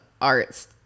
arts